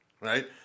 right